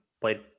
played